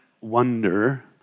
wonder